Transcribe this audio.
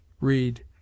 read